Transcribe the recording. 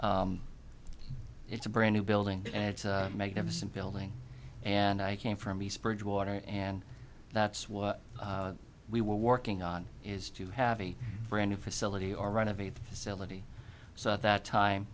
so it's a brand new building and it's a magnificent building and i came from east bridgewater and that's what we were working on is to have a brand new facility or run of a the facility so at that time